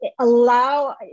allow